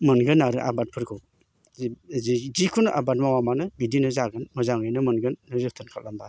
मोनगोन आरो आबादफोरखौ जे जे जेखुनु आबाद मावा मानो बिदिनो जागोन मोजाङैनो मोनगोन नों जोथोन खालामबा